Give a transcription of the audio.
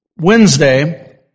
Wednesday